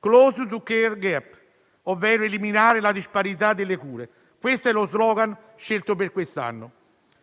*Closing the care gap*, eliminare la disparità delle cure. Questo è lo *slogan* scelto per quest'anno.